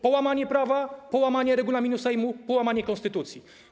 Połamanie prawa, połamanie regulaminu Sejmu, połamanie konstytucji.